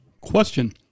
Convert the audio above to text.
Question